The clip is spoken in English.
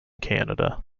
canada